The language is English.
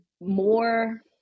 more